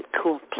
cool